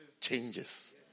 changes